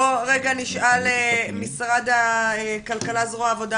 בוא רגע נשאל את משרד הכלכלה, זרוע העבודה.